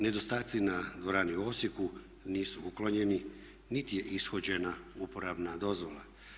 Nedostaci na dvorani u Osijeku nisu uklonjeni niti je ishođena uporabna dozvola.